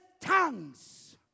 tongues